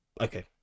okay